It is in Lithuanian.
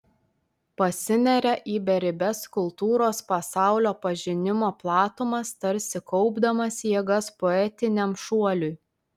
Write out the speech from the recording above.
pasineria į beribes kultūros pasaulio pažinimo platumas tarsi kaupdamas jėgas poetiniam šuoliui